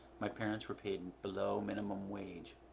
my parents were paid below minimum wage.